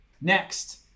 Next